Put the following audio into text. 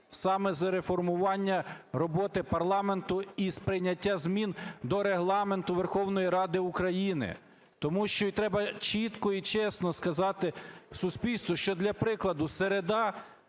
саме з реформування роботи парламенту і з прийняття змін до Регламенту Верховної Ради України. Тому що треба чітко і чесно сказати суспільству, що, для прикладу, середа